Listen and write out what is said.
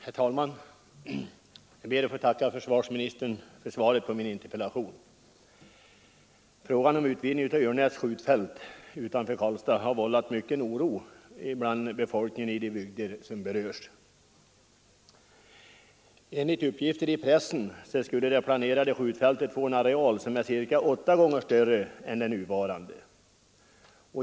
Herr talman! Jag ber att få tacka försvarsministern för svaret på min interpellation. Frågan om utvidgning av Örnäs skjutfält utanför Karlstad har vållat mycken oro bland befolkningen i de bygder som berörs. Enligt uppgifter i pressen skulle det planerade skjutfältet få en areal som är cirka åtta gånger större än den nuvarande.